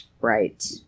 Right